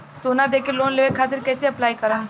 सोना देके लोन लेवे खातिर कैसे अप्लाई करम?